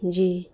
جی